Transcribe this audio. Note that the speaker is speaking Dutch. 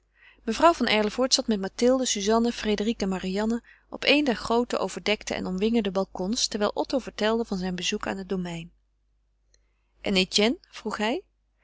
mevrouw van erlevoort zat met mathilde suzanne frédérique en marianne op een der groote overdekte en omwingerde balcons terwijl otto vertelde van zijn bezoek aan het domein en etienne vroeg hij